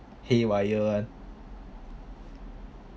haywire [one]